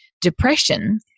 depression